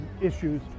issues